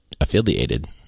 affiliated